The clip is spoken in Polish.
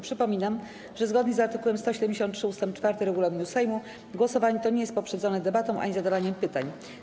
Przypominam, że zgodnie z art. 173 ust. 4 regulaminu Sejmu głosowanie to nie jest poprzedzone debatą ani zadawaniem pytań.